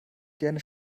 gerne